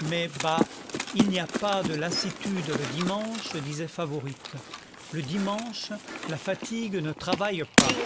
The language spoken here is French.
mais bah il n'y a pas de lassitude le dimanche disait favourite le dimanche la fatigue ne travaille pas